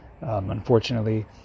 unfortunately